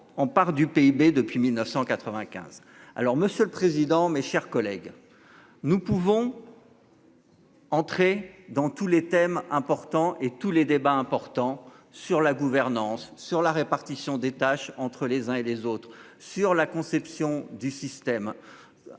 en part du PIB depuis 1995. Alors, Monsieur le président, mes chers collègues, nous pouvons.-- Entré dans tous les thèmes importants et tous les débats importants sur la gouvernance sur la répartition des tâches entre les uns et les autres sur la conception du système.